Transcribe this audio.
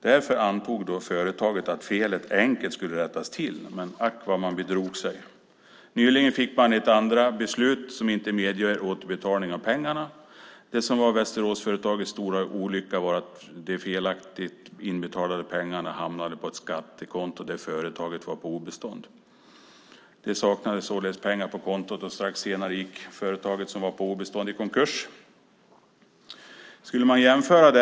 Därför antog företaget att felet enkelt skulle rättas till, men ack vad man bedrog sig. Nyligen fick man ett andra beslut som inte medger återbetalning av pengarna. Det som var Västeråsföretagets stora olycka var att de felaktigt inbetalda pengarna hamnade på ett skattekonto som tillhörde ett företag på obestånd. Det saknades således pengar på kontot, och lite senare gick företaget som var på obestånd i konkurs.